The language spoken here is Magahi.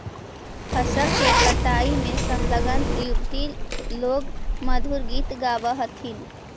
फसल के कटाई में संलग्न युवति लोग मधुर गीत गावऽ हथिन